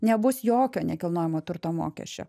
nebus jokio nekilnojamo turto mokesčio